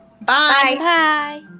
Bye